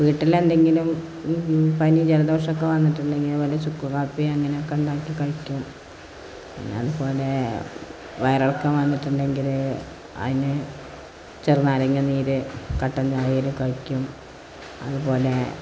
വീട്ടിലെന്തെങ്കിലും പനി ജലദോഷമൊക്കെ വന്നിട്ടുണ്ടെങ്കിൽ വല്ല ചുക്ക് കാപ്പി അങ്ങനെയൊക്കെ ഉണ്ടാക്കി കഴിക്കും പിന്നതുപോലെ വയറിളക്കം വന്നിട്ടുണ്ടെങ്കിൽ അതിന് ചെറുനാരങ്ങ നീര് കട്ടൻ ചായയിൽ കഴിക്കും അതുപോലെ